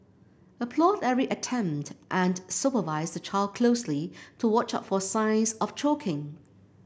applaud every attempt and supervise the child closely to watch out for signs of choking